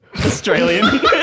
Australian